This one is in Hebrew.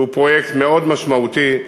שהוא פרויקט מאוד משמעותי,